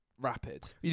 rapid